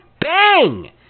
bang